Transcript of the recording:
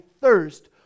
thirst